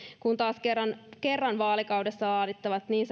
kun taas kerran kerran vaalikaudessa laadittavaan niin